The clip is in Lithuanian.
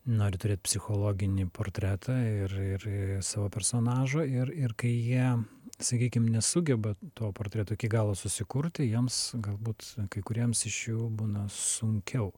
nori turėti psichologinį portretą ir ir savo personažo ir ir kai jie sakykim nesugeba to portreto iki galo susikurti jiems galbūt kai kuriems iš jų būna sunkiau